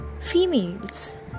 Females